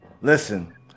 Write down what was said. listen